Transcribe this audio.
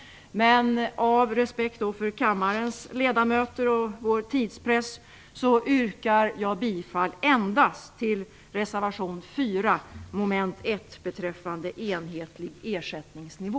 Av respekt för kammarens ledamöter och vår tidspress yrkar jag endast bifall till reservation 4 avseende mom. 1 beträffande enhetlig ersättningsnivå.